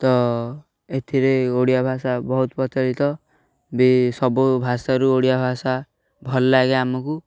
ତ ଏଥିରେ ଓଡ଼ିଆ ଭାଷା ବହୁତ ପ୍ରଚଳିତ ବି ସବୁ ଭାଷାରୁ ଓଡ଼ିଆ ଭାଷା ଭଲ ଲାଗେ ଆମକୁ